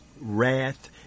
wrath